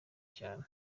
cyane